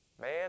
man